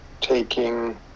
taking